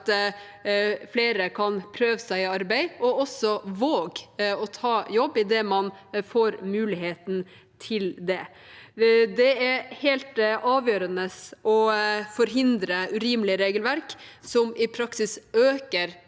at flere kan prøve seg i arbeid og våger å ta jobb, idet man får muligheten til det. Det er helt avgjørende å forhindre urimelige regelverk som i praksis øker